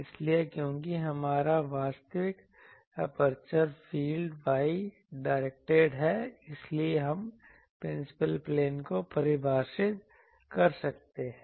इसलिए क्योंकि हमारा वास्तविक एपर्चर फील्ड y डायरेक्टेड है इसलिए हम प्रिंसिपल प्लेन को परिभाषित कर सकते हैं